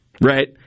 right